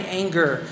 anger